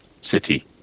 city